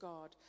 God